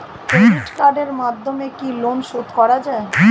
Credit কার্ডের মাধ্যমে কি লোন শোধ করা যায়?